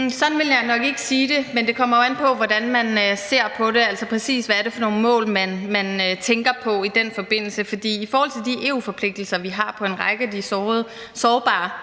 Sådan vil jeg nok ikke sige det, men det kommer jo an på, hvordan man ser på det, altså præcis hvilke mål man tænker på i den forbindelse. For i forhold til de EU-forpligtelser, vi har for en række af de sårbare